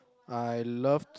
I love